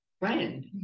friend